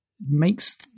makes